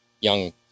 young